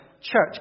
church